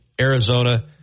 Arizona